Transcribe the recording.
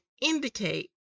indicate